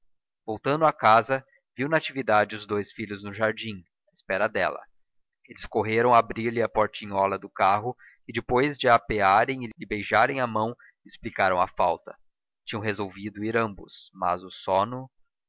voltando a casa viu natividade os dous filhos no jardim à espera dela eles correram a abrir-lhe a portinhola do carro e depois de a apearem e lhe beijarem a mão explicaram a falta tinham resolvido ir ambos mas o sono